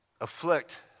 afflict